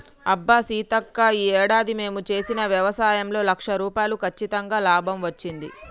అబ్బా సీతక్క ఈ ఏడాది మేము చేసిన వ్యవసాయంలో లక్ష రూపాయలు కచ్చితంగా లాభం వచ్చింది